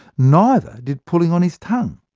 neither did pulling on his tongue.